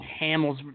Hamels